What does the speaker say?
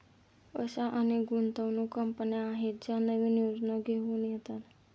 अशा अनेक गुंतवणूक कंपन्या आहेत ज्या नवीन योजना घेऊन येतात